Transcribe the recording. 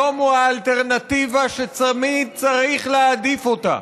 שלום הוא האלטרנטיבה שתמיד צריך להעדיף אותה.